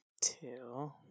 Two